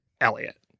Elliot